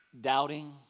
doubting